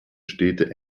städte